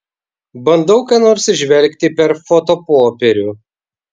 bandau ką nors įžvelgti per fotopopierių